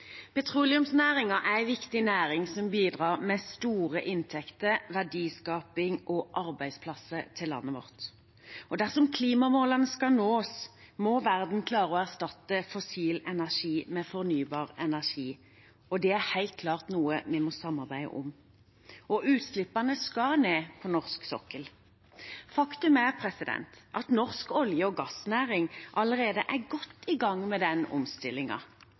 er en viktig næring som bidrar med store inntekter, verdiskaping og arbeidsplasser til landet vårt, og dersom klimamålene skal nås, må verden klare å erstatte fossil energi med fornybar energi. Det er helt klart noe vi må samarbeide om. Utslippene skal ned på norsk sokkel. Faktum er at norsk olje- og gassnæring allerede er godt i gang med den